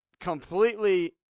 completely